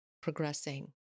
progressing